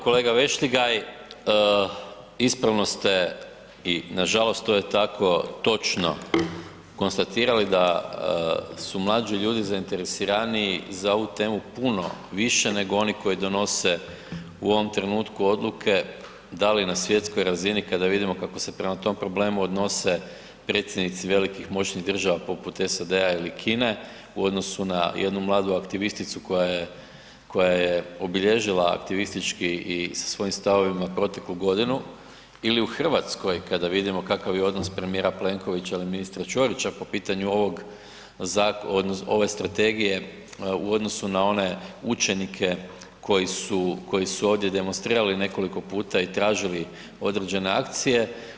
Kolega Vešligaj, ispravno ste i nažalost to je tako točno konstatirali da su mlađi ljudi zainteresiraniji za ovu temu puno više nego oni koji donose u ovom trenutku odluke da li na svjetskoj razini kada vidimo kako se prema tom problemu odnose predsjednici velikih moćnih država poput SAD-a ili Kine u odnosu na jednu mladu aktivisticu koja je obilježila aktivistički i sa svojim stavovima proteklu godinu ili u Hrvatskoj kada vidimo kakav je odnos premijera Plenkovića ili ministra Ćorića po pitanju ovog zakona, odnosno ove strategije u odnosu na one učenike koji su ovdje demonstrirali nekoliko puta i tražili određene akcije.